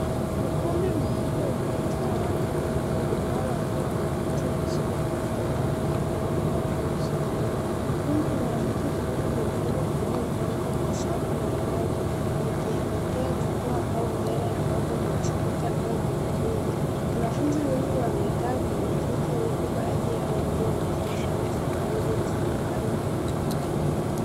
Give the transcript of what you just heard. Ukumbi mkubwa uliojaa watu wengi, wao wakiwa wanafunzi wakishiriki katika mikutano hotuba au somo. Ukumbi una viti vingi vyekundu vilivyopangwa kwa safu na ngazi, ukielekea jukwaa au mbele ambapo kuna spika au mhadhiri. Wanafunzi wengi wamekaa kwenye viti huku baadhi yao wakiwa wamevaa sare za rangi ya zambarau na nyeupe.